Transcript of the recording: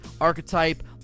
archetype